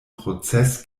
prozess